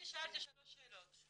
אני שאלתי שלוש שאלות.